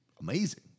amazing